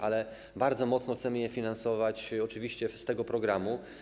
Ale bardzo mocno chcemy je finansować, oczywiście z tego programu.